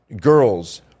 girls